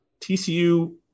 tcu